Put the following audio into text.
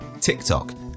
TikTok